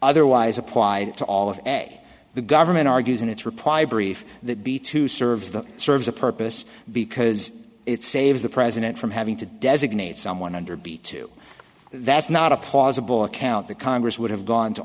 otherwise applied to all of a the government argues in its reply brief that be to serve the serves a purpose because it saves the president from having to designate someone under be two that's not a plausible account the congress would have gone to